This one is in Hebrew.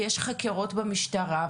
ויש חקירות במשטרה,